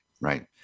right